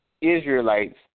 Israelites